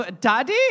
Daddy